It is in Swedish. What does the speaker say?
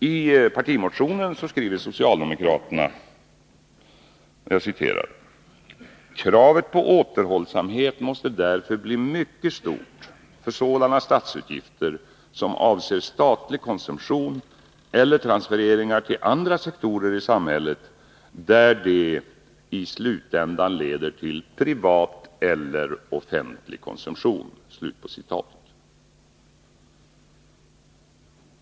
I partimotionen skriver socialdemokraterna att ”kravet på återhållsamhet måste därför bli mycket stort för sådana statsutgifter, som avser statlig konsumtion eller transferering till andra sektorer i samhället, där de i slutändan leder till privat eller offentlig konsumtion”.